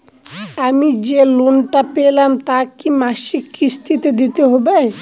আমি যে লোন টা পেলাম তা কি মাসিক কিস্তি তে দিতে হবে?